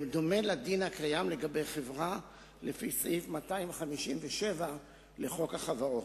בדומה לדין הקיים לגבי חברה לפי סעיף 257 לחוק החברות.